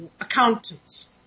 accountants